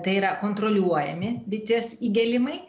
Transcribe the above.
tai yra kontroliuojami bitės įgėlimai